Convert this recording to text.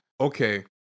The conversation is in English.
okay